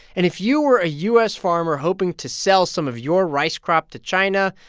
and if you were a u s. farmer hoping to sell some of your rice crop to china,